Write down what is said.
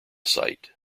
site